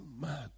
man